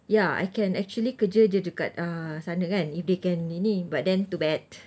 ya I can actually kerja dekat uh sana kan if they can ini but then too bad